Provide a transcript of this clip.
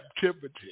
captivity